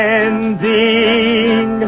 ending